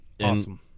awesome